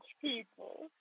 people